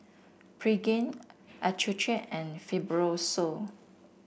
Pregain Accucheck and Fibrosol